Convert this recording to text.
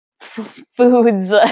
foods